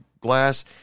glass